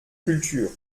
culture